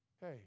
Hey